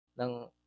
ng